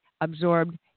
absorbed